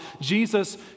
Jesus